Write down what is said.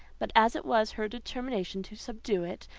but as it was her determination to subdue it,